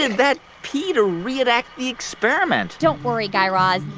and that pee to re-enact the experiment don't worry, guy raz.